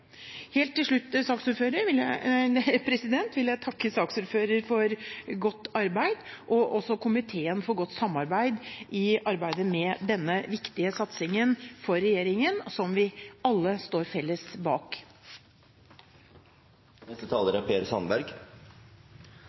til slutt vil jeg takke saksordføreren for et godt arbeid og komiteen for godt samarbeid i arbeidet med denne for regjeringen viktige satsingen, som vi alle står bak.